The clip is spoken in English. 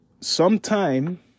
sometime